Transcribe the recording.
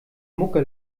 mucke